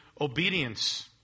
obedience